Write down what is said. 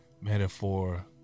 metaphor